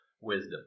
wisdom